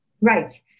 Right